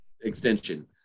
extension